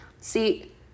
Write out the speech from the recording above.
See